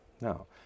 No